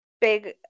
big